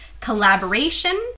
collaboration